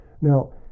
Now